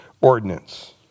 ordinance